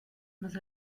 más